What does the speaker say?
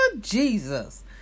Jesus